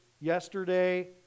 yesterday